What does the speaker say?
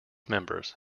members